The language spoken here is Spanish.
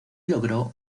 logró